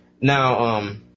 Now